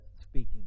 speaking